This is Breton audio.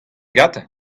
gantañ